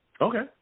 Okay